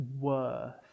worth